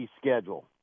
schedule